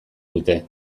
dute